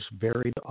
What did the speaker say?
varied